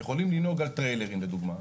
יכולים לנהוג על טריילרים לדוגמה,